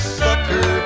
sucker